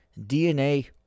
DNA